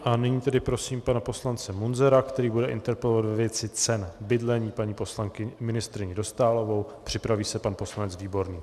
A nyní tedy prosím pana poslance Munzara, který bude interpelovat ve věci cen bydlení paní ministryni Dostálovou, připraví se pan poslanec Výborný.